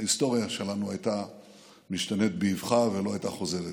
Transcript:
ההיסטוריה שלנו הייתה משתנית באבחה ולא הייתה חוזרת.